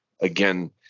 Again